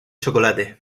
chocolate